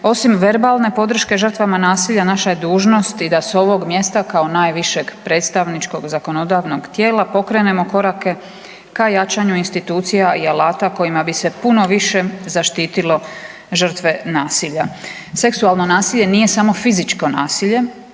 osim verbalne podrške žrtvama nasilja naša je dužnost i da s ovog mjesta kao najvišeg predstavničkog, zakonodavnog tijela pokrenemo koraka ka jačanju institucija i alata kojima bi se puno više zaštitilo žrtve nasilja. Seksualno nasilje nije samo fizičko nasilje